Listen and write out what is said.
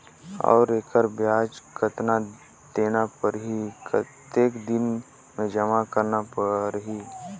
और एकर ब्याज कतना देना परही कतेक दिन मे जमा करना परही??